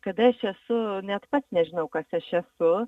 kada aš esu net pats nežinau kas aš esu